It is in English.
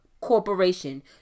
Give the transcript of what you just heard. corporation